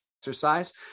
exercise